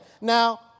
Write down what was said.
now